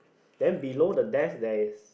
then below the desk there's